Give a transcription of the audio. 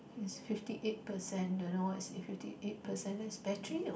is fifty eight percent don't know what is fifty eight percent that's battery or what